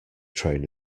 train